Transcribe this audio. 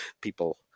people